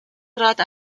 grad